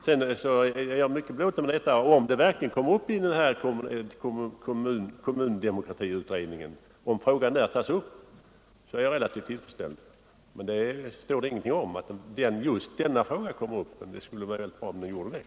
Jag är emellertid relativt tillfredsställd om den här frågan verkligen tas Nr 105 upp i utredningen om den kommunala demokratin, men det står det inte Onsdagen den klart utsagt i utskottets betänkande. 23 oktober 1974